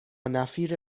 نفیر